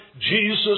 Jesus